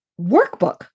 workbook